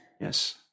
Yes